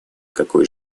какой